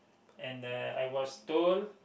and uh I was told